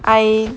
I